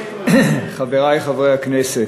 חברי חברי הכנסת,